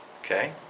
Okay